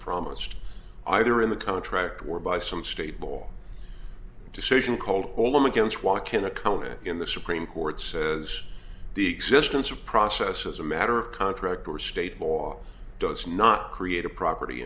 promised either in the contract or by some stable decision called olam against walk in a coma in the supreme court says the existence of process as a matter of contract or state law does not create a property